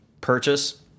purchase